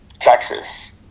texas